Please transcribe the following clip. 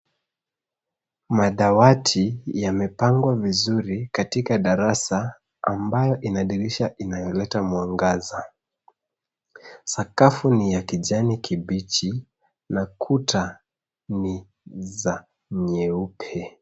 Madawati yamepangwa vizuri katika darasa ambayo ina dirisha inayoleta mwangaza. Sakafu ni ya kijani kibichi na kuta ni za nyeupe.